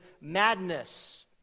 madness